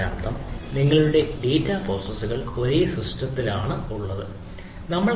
അതിനർത്ഥം നിങ്ങളുടെ ഡാറ്റ പ്രോസസ്സുകൾ ഒരേ സിസ്റ്റത്തിലാണ് ഉള്ളതെന്ന്